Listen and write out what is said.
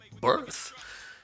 birth